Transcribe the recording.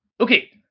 Okay